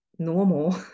normal